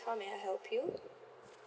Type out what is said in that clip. how may I help you